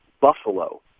Buffalo